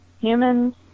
humans